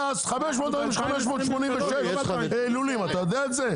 היו אז 500 היום יש 586 לולים אתה יודע את זה?